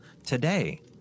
today